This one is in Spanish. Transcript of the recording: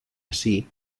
así